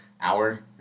hour